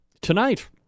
tonight